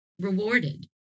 rewarded